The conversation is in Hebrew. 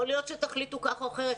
יכול להיות שתחליטו כך או אחרת.